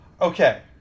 Okay